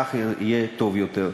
כך יהיה טוב יותר.